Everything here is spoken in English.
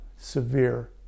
severe